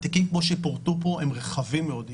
התיקים כמו שפורטו פה הם רחבים מאוד,